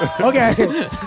okay